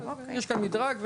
יש כאן מדרג,